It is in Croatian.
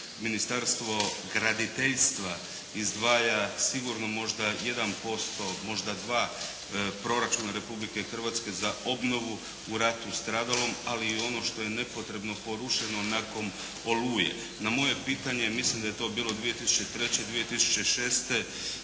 Ministarstvo graditeljstva izdvaja sigurno možda 1%, možda dva proračuna Republike Hrvatske za obnovu u ratu stradalom ali i ono što je nepotrebno porušeno nakon "Oluje". Na moje pitanje, mislim da je to bilo 2003. i 2006.,